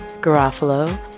Garofalo